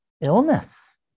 illness